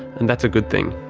and that's a good thing.